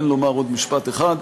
כן לומר עוד משפט אחד.